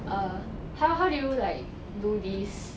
err how how do you like do this